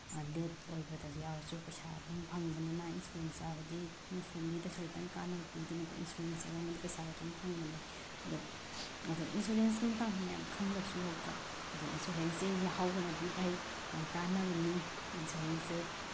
date ꯑꯣꯏꯕꯗ ꯌꯥꯎꯔꯁꯨ ꯄꯩꯁꯥ ꯑꯗꯨꯝ ꯐꯪꯕꯅꯤ ꯃꯥ ꯏꯟꯁꯨꯔꯦꯟꯁ ꯌꯥꯎꯔꯗꯤ ꯃꯣꯏ ꯃꯤꯂꯤꯗꯁꯨ ꯈꯤꯇꯪ ꯀꯥꯟꯅꯕ ꯄꯤꯗꯅꯀꯣ ꯏꯟꯁꯨꯔꯦꯟꯁ ꯌꯥꯎꯔꯝꯃꯗꯤ ꯄꯩꯁꯥ ꯈꯤꯇꯪ ꯐꯪꯕꯅꯤ ꯑꯗꯨ ꯑꯗꯣ ꯏꯟꯁꯨꯔꯦꯟꯁꯀꯤ ꯃꯇꯥꯡꯗ ꯃꯌꯥꯝ ꯈꯪꯗꯕꯁꯨ ꯂꯩꯀꯣ ꯑꯗꯣ ꯏꯟꯁꯨꯔꯦꯟꯁꯁꯤ ꯌꯥꯎꯍꯧꯕꯅꯗꯤ ꯐꯩ ꯌꯥꯝ ꯀꯥꯟꯅꯕꯅꯤ ꯏꯟꯁꯨꯔꯦꯟꯁꯁꯦ